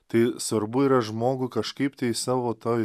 tai svarbu yra žmogų kažkaip tai savo toj